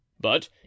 But